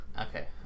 Okay